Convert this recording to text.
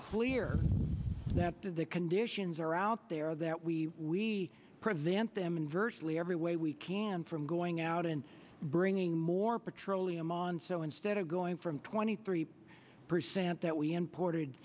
clear that the conditions are out there that we prevent them in virtually every way we can from going out and bringing more petroleum on so instead of going from twenty three percent that we imported